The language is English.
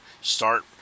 start